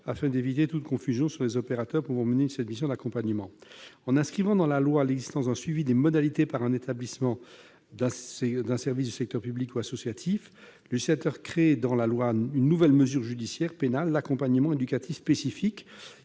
afin d'éviter toute confusion sur les opérateurs pouvant mener cette mission d'accompagnement renforcé. En inscrivant dans la loi l'existence d'un suivi de ces modalités par un établissement ou un service du secteur public ou associatif, il est créé une nouvelle mesure judiciaire pénale d'accompagnement éducatif spécifique